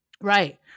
Right